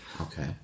Okay